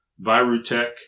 Virutech